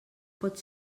pot